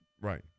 Right